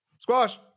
Squash